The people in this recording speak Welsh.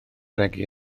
regi